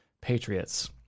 patriots